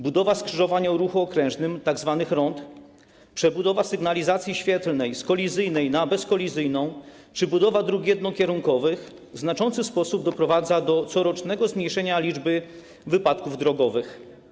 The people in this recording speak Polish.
Budowa skrzyżowań o ruchu okrężnym, tzw. rond, przebudowa sygnalizacji świetlnej z kolizyjnej na bezkolizyjną czy budowa dróg jednokierunkowych doprowadzają w znaczący sposób do corocznego zmniejszenia liczby wypadków drogowych.